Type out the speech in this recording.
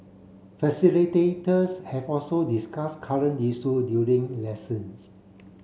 facilitators have also discuss current issue during lessons